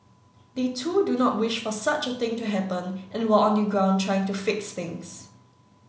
they too do not wish for such a thing to happen and were on the ground trying to fix things